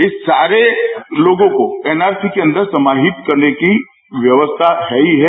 इस सारे लोगों को एनआरसी के अंदर समाहित करने की व्यवस्था है ही है